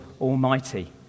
Almighty